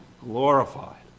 glorified